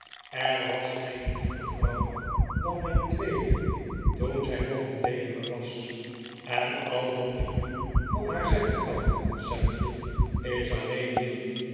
er was geen liever vrouw dan mijn tweede toen zij nog een weduwe was en al wat ik nu van haar zeggen kan sampje is alleen dit